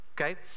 okay